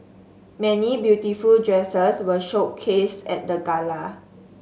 many beautiful dresses were showcased at the gala